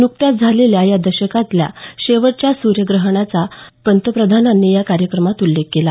नुकत्याच झालेल्या या दशकातल्या शेवटच्या सूर्यग्रहणाचाही पंतप्रधानांनी या कार्यक्रमात उल्लेख केला